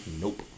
Nope